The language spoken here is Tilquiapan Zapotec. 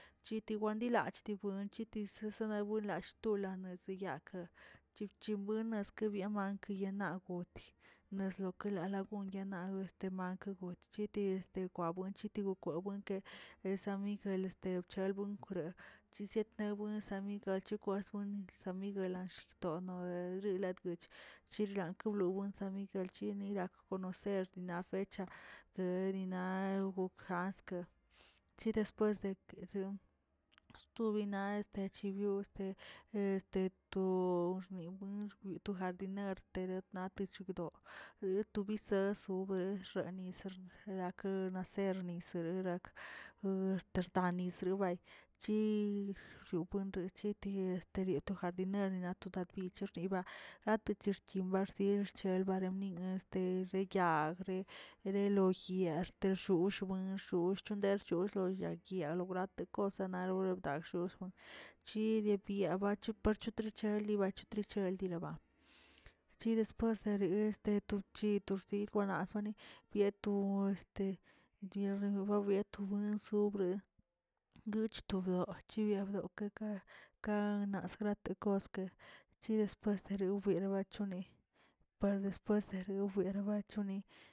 Chiti wandalach chiti lawinlall shtol mesiyakə, chibchiwenasaze´ byen mank yenna ot nezyake lalagun yanag este mak yug cheti este babuen kwabuenke len san miguel este bchelbuen chisetne buen amigal chekwa bueni san miguel ashigtono bexillatgoch, chirlako woloo san miguel chini gak conocer naꞌ fecha derina wgo jans che depsues deke ren sto bina dekechi yuu este este to to xniwen to jardiner te yetnate chikdo, leto bisesə wbex xanisə rake´nacerni sere rak axte nisrobaym chiriobuentich ti esterioto jardinero na tonat cherniba ate te rchimba de rchil barenguilba te reyag re loyag, te ryoch- te ryoch tondex tosh lo guitalon late kosana lora bdaxon, chibidie bachup chutrecheli chutrecheldila, chi después tachiratu che to xsil wan aswani to este torerebianto ansobre guch to bew yuya bdokeꞌ ka- ka nasgrate broskə chi después de wbiera bachone par despue rerawbiera bachoni.